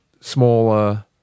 smaller